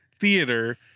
theater